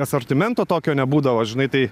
asortimento tokio nebūdavo žinai tai